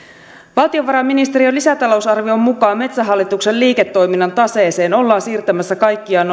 valtiovarainministeriön lisätalousarvion mukaan metsähallituksen liiketoiminnan taseeseen ollaan siirtämässä kaikkiaan